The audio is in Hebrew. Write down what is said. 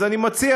אז אני מציע,